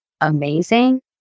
amazing